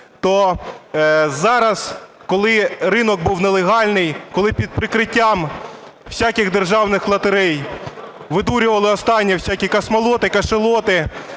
то зараз, коли ринок був нелегальним, коли під прикриттям всяких державних лотерей видурювали останнє всякі "космолоти", "кашалоти".